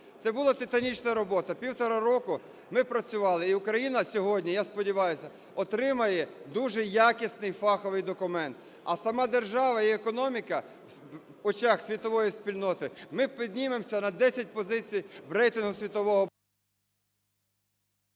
Це була титанічна робота, півтора роки ми працювали і Україна сьогодні, я сподіваюся, отримає дуже якісний і фаховий документ. А сама держава і економіка в очах світової спільноти, ми піднімемося на 10 позицій в рейтингу світового…